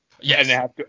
Yes